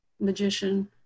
magician